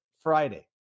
Friday